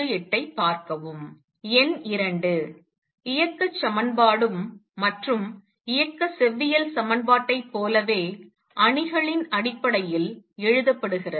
எண் 2 இயக்கச் சமன்பாடும் மற்றும் இயக்கச் செவ்வியல் சமன்பாட்டைப் போலவே அணிகளின் அடிப்படையில் எழுதப்படுகிறது